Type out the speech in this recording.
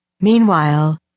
Meanwhile